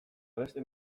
beste